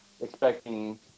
expecting